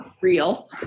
real